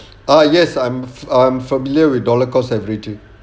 ah yes I'm I'm familiar with dollar cost averaging